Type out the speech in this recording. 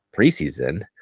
preseason